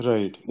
Right